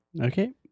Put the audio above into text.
Okay